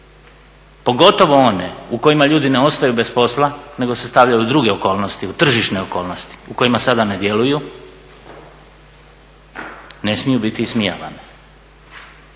pogotovo one u kojima ljudi ne ostaju bez posla, nego se stavljaju u druge okolnosti, u tržišne okolnosti u kojima sada ne djeluju ne smiju biti ismijavane.